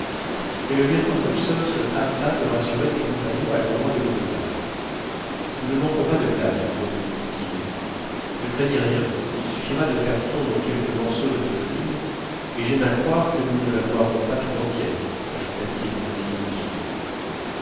mais le lieutenant hobson se hâta de rassurer ses compagnons à l'endroit de l'eau potable nous ne manquons pas de glace mes amis dit-il ne craignez rien il suffira de faire fondre quelques morceaux de notre île et j'aime à croire que nous ne la boirons pas tout entière ajouta-t-il en essayant de sourire